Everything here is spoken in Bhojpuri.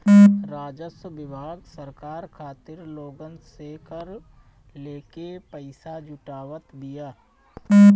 राजस्व विभाग सरकार खातिर लोगन से कर लेके पईसा जुटावत बिया